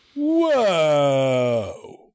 Whoa